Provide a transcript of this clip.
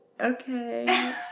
Okay